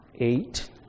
Eight